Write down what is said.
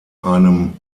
einem